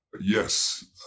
Yes